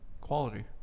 Quality